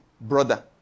brother